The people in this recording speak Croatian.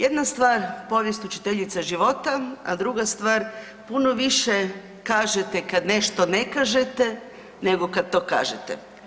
Jedna stvar, povijest učiteljica života, a druga stvar puno više kažete kad nešto ne kažete nego kad to kažete.